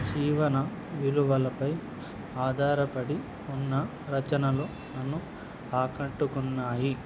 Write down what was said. జీవన విలువలపై ఆధారపడి ఉన్న రచనలు నన్ను ఆకట్టుకున్నాయి